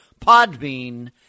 Podbean